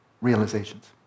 realizations